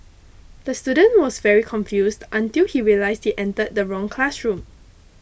the student was very confused until he realised he entered the wrong classroom